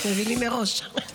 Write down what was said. מבינים מראש.